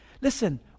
Listen